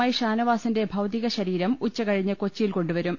I ഷാന വാ സിന്റെ ഭൌതിക ശ രീരം ഉച്ച കഴിഞ്ഞ് കൊച്ചിയിൽ കൊണ്ടുവരും